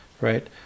right